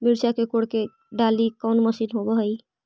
मिरचा के कोड़ई के डालीय कोन मशीन होबहय?